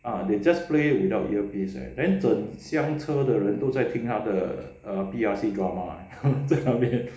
ah they just play without earpiece leh then 整厢车的人都在听他的 err P_R_C drama leh 在那边